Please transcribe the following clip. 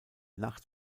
nacht